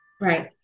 Right